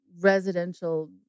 residential